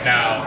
Now